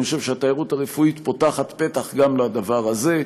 אני חושב שהתיירות הרפואית פותחת פתח גם לדבר הזה.